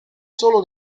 solo